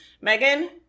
Megan